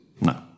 No